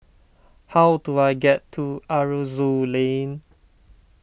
how do I get to Aroozoo Lane